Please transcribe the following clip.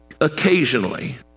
occasionally